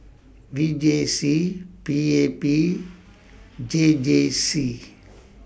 V J C P A P J J C